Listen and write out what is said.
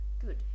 Good